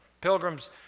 Pilgrim's